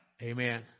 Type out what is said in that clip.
Amen